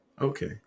Okay